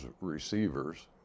receivers